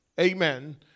amen